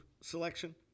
selection